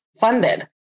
funded